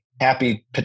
happy